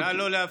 נא לא להפריע.